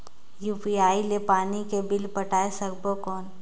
UPI ले पानी के बिल पटाय सकबो कौन?